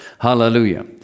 Hallelujah